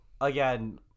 Again